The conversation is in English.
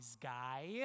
guy